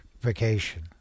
vacation